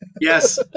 yes